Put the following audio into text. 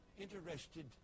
interested